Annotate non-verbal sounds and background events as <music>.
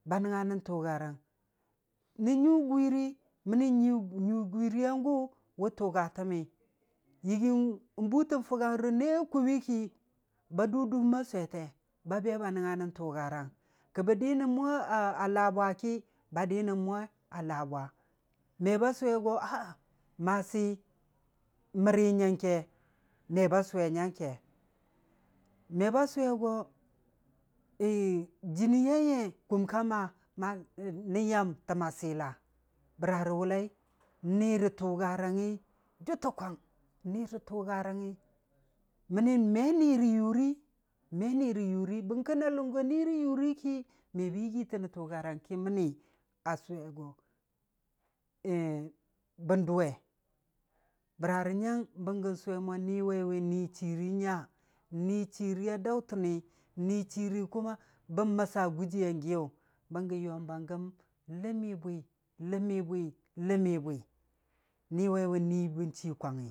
Ba nənga nən tʊgarang, nən nyə gwiirii mənni nyʊ gwiiriiyan gʊ wʊ tʊga təmmi, yɨgii butən fʊgong rə nee kummii ki, ba dʊ dumma swete ba be ba nəngnga nən tʊgarang, kə bə di nən mwa a a laabwa ki, ba di nən mwa a laabwa, me ba sʊwe go aa, masi, mari nyəngke, me ba sʊwe nyangke, me ba sʊwe go <hesitation> jɨnii yai ye kum ka ma nən yam təmma Sila, bəra rə wʊllai, n'ni rə tʊgarangngi jʊtəkwang, ni rə tʊgarangngi, mənni men ni rə yurii, me ni rə bangka, na nʊ go ni rə yurii ki me bən yɨgiitən rə tʊgarang ki mənni a sʊwe go, <hesitation> bən dʊwe, bəra rə nyang bənggə sʊwe mo ni waiwe ni chiirii nya, n'ni chiiriiya daʊtəni, n'ni chiirii kuma bən məssa gujiiyan giyʊ, bənggə yoom ba gəm ləmmi bwi, ləmmi bwi, ləmmi bwi, ni waiwu n'ni bən chii kwangngi.